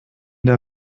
der